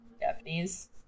Japanese